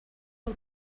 del